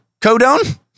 codone